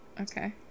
Okay